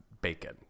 bacon